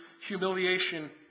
humiliation